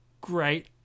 great